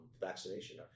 vaccination